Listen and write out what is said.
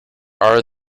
are